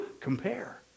Compare